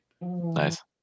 nice